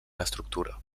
l’estructura